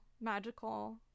magical